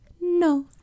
no